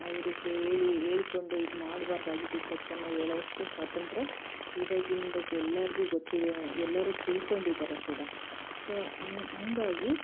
ಅವರು ಹೇಳಿ ಹೇಳ್ಕೊಂಡು ಇದು ಮಾಡ್ಬಾರ್ದಾಗಿತ್ತು ಈ ತಪ್ಪನ್ನು ಹೇಳೋವಷ್ಟು ಸ್ವಾತಂತ್ರ್ಯ ಇವಾಗಿಂದ ಎಲ್ಲರ್ಗೂ ಗೊತ್ತಿದೆ ಎಲ್ಲರೂ ತಿಳ್ಕೊಂಡಿದ್ದಾರೆ ಕೂಡ ಸೊ ಹಾಗಾಗಿ